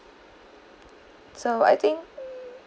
so I think